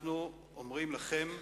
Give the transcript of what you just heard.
אנחנו אומרים לכם,